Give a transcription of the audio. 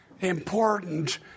important